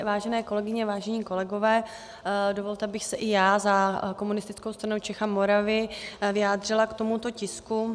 Vážené kolegyně, vážení kolegové, dovolte, abych se i já za Komunistickou stranu Čech a Moravy vyjádřila k tomuto tisku.